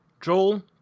Joel